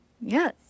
Yes